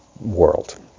world